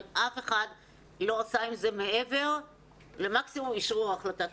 אבל אף אחד לא עשה עם זה מעבר לאשרור ההחלטה.